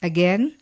Again